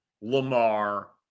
Lamar